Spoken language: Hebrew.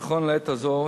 נכון לעת הזו,